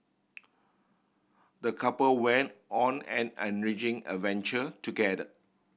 the couple went on an enriching adventure together